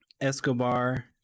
Escobar